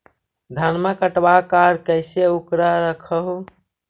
धनमा कटबाकार कैसे उकरा रख हू?